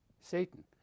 Satan